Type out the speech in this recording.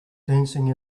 dancing